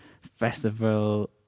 festival